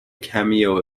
cameo